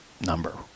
number